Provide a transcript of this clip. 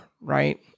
right